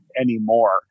anymore